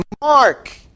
Mark